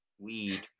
weed